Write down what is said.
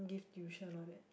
give tuition all that